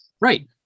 Right